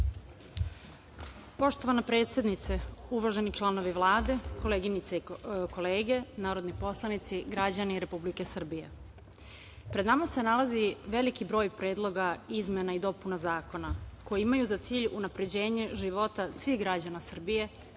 Poštovana predsednice, uvaženi članovi Vlade, koleginice i kolege narodni poslanici, građani Republike Srbije, pred nama se nalazi veliki broj predloga izmena i dopuna zakona koji imaju za cilj unapređenje života svih građana Srbije